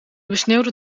besneeuwde